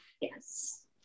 Yes